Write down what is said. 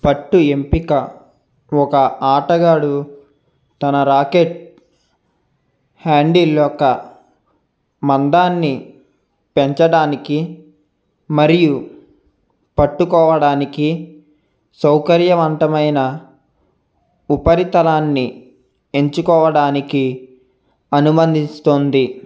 పట్టు ఎంపిక ఒక ఆటగాడు తన ర్యాకెట్ హ్యాండిల్ యొక్క మందాన్ని పెంచడానికి మరియు పట్టుకోవడానికి సౌకర్యవంతమైన ఉపరితలాన్ని ఎంచుకోవడానికి అనుమందిస్తుంది